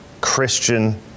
Christian